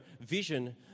vision